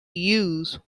used